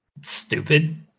Stupid